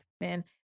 man